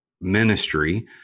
ministry